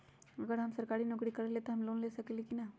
अगर हम सरकारी नौकरी करईले त हम लोन ले सकेली की न?